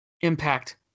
Impact